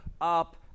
up